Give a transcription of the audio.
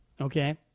Okay